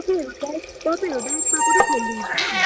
तपाईँहरू नाइट तपाईँहरू नाइटमा पनि खोल्नुहुन्छ